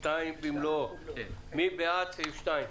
כמו שתוכנית ההצלה לאל על לא תהיה תקפה ללופטהנזה.